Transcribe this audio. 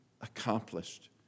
accomplished